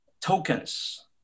tokens